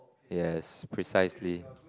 yes precisely